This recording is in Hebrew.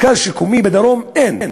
מרכז שיקומי בדרום, אין.